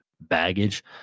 baggage